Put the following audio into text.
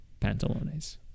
pantalones